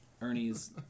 ernie's